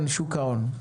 שוק ההון.